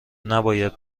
نباید